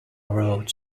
wrote